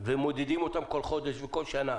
ומודדים אותם כל חודש וכל שנה